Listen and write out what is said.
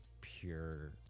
pure